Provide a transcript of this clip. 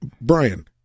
Brian